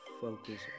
focus